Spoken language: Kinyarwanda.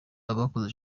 abakoze